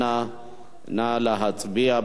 נא להצביע.